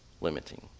limiting